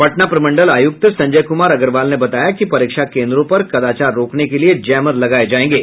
पटना प्रमंडल आयुक्त संजय कुमार अग्रवाल ने बताया कि परीक्षा केंद्रों पर कदाचार रोकने के लिये जैमर लगाये जायेंगे